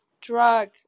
drug